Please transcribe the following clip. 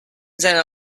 seiner